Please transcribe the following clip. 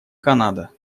канада